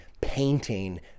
painting